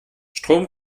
strom